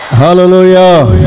hallelujah